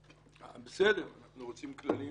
בסדר, אנחנו רוצים כללים,